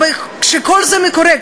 כשכל זה קורה,